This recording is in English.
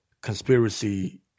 conspiracy